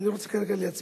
אני לא רוצה כרגע להצביע